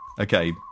Okay